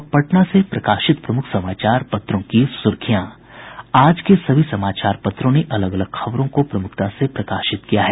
अब पटना से प्रकाशित प्रमुख समाचार पत्रों की सुर्खियां आज के सभी समाचार पत्रों ने अलग अलग खबरों को प्रमुखता से प्रकाशित किया है